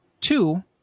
two